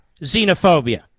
xenophobia